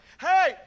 hey